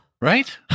Right